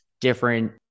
different